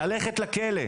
ללכת לכלא.